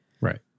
Right